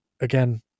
again